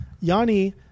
Yanni